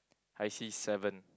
I see seven